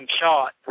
shot